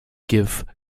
give